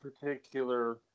particular